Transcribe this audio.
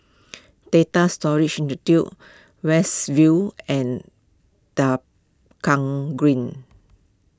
Data Storage Institute West View and Tua Kong Green